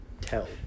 tell